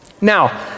Now